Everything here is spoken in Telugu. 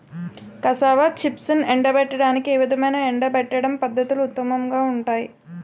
కాసావా చిప్స్ను ఎండబెట్టడానికి ఏ విధమైన ఎండబెట్టడం పద్ధతులు ఉత్తమంగా ఉంటాయి?